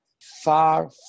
far